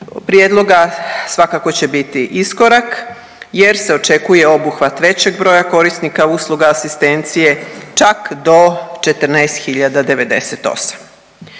prijedloga svakako će biti iskorak, jer se očekuje obuhvat većeg broja korisnika usluga asistencije, čak do 14098.